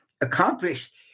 Accomplished